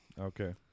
Okay